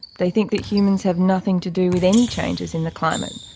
they think that humans have nothing to do with any changes in the climate,